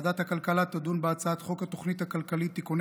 ועדת הכלכלה תדון בהצעת חוק התוכנית הכלכלית (תיקוני